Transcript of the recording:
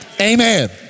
Amen